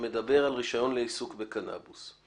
שמדבר על רישיון לעיסוק בקנאביס.